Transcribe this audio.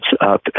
up